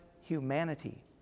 humanity